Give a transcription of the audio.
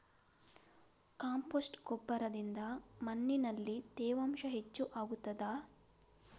Compost ಗೊಬ್ಬರದಿಂದ ಮಣ್ಣಿನಲ್ಲಿ ತೇವಾಂಶ ಹೆಚ್ಚು ಆಗುತ್ತದಾ?